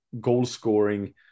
goal-scoring